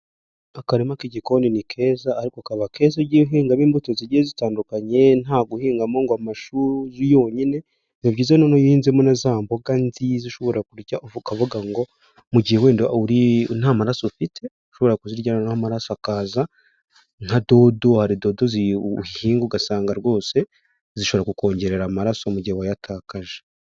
Akarima k'igikoni ni keza ariko kaba keza iyo ugiye uhingamo imbuto zigiye zitandukanye nta guhingamo ngo amashu yonyine, ni byiza noneho iyo uhinzemo na za mboga nziza ushobora kurya ukavuga ngo mu gihe wenda nta maraso ufite, ushobora kuziryana noneho amaraso akaza nka dodo; hari dodo uhinga ugasanga rwose zishobora kukongerera amaraso mu gihe wayatakaje.